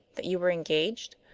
that you were engaged?